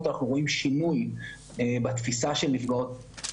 אנחנו רואים שינוי בתפיסה של נפגעות,